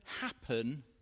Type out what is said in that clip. happen